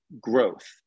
growth